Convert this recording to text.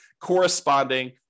corresponding